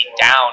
down